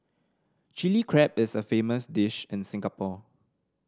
Chilli Crab is a famous dish in Singapore